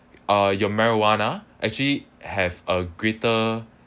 uh ya marijuana actually have a greater